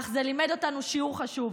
אך זה לימד אותנו שיעור חשוב: